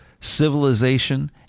civilization